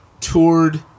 toured